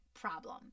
problem